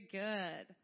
good